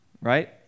right